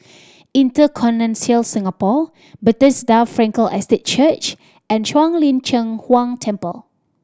InterContinental Singapore Bethesda Frankel Estate Church and Shuang Lin Cheng Huang Temple